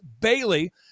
Bailey